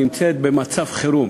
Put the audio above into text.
נמצאת במצב חירום,